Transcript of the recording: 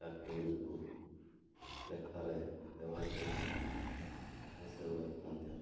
ବାକ୍ୟଗୁଡ଼ିକୁ ଲେଖାରେ ବ୍ୟବହାର କରିଥାଏ ଏବଂ ସେଗୁଡ଼ାକୁ ମଧ୍ୟ